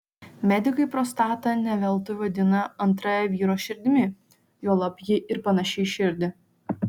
medikai prostatą ne veltui vadina antrąja vyro širdimi juolab ji ir panaši į širdį